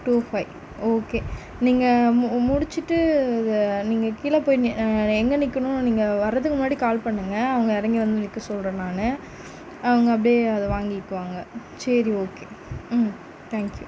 two five okay நீங்கள் மு முடிச்சிட்டு நீங்கள் கீழே போய் எங்கே நிற்கணும் நீங்கள் வரதுக்கு முன்னாடி கால் பண்ணுங்க அவங்க இறங்கி வந்து நிற்க சொல்கிறேன் நான் அவங்க அப்படே அதை வாங்கிக்குவாங்க சரி ஓகே ம் தேங்க்யூ